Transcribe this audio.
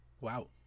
Wow